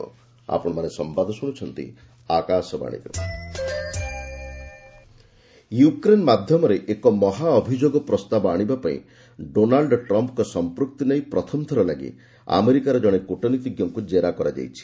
Trump impeachment Ukraine ମାଧ୍ୟମରେ ଏକ ମହାଅଭିଯୋଗ ପ୍ରସ୍ତାବ ଆଣିବା ପାଇଁ ଡୋନାଲ୍ଡ ଟ୍ରମ୍ପଙ୍କ ସଂପୃକ୍ତି ନେଇ ପ୍ରଥମଥର ଲାଗି ଆମେରିକାର ଜଣେ କୁଟନୀତିଜ୍ଞଙ୍କୁ ଜେରା କରାଯାଇଛି